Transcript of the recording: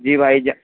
جی بھائی جا